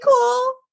cool